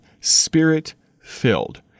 spirit-filled